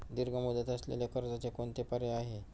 दीर्घ मुदत असलेल्या कर्जाचे कोणते पर्याय आहे?